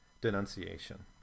denunciation